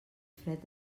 fred